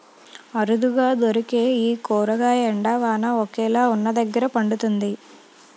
అరుదుగా దొరికే ఈ కూరగాయ ఎండ, వాన ఒకేలాగా వున్నదగ్గర పండుతుంది